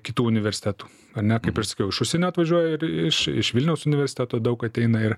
kitų universitetų ane kaip ir sakiau iš užsienio atvažiuoja ir iš iš vilniaus universiteto daug ateina ir